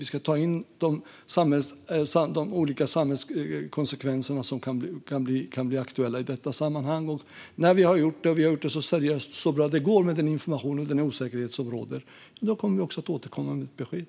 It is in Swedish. Vi ska ta in de olika samhällskonsekvenser som kan bli aktuella i detta sammanhang. När vi har gjort det så seriöst och så bra som det går med den information som finns och den osäkerhet som råder kommer vi att återkomma med ett besked.